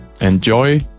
Enjoy